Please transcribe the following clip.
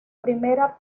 primera